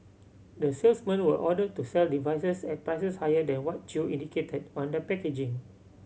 the salesmen were ordered to sell devices at prices higher than what Chew indicated on the packaging